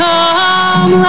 Come